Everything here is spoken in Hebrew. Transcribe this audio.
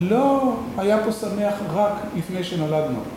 ‫לא היה פה שמח ‫רק לפני שנולדנו.